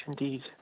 indeed